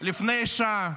לפני שעה,